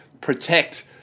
protect